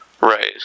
right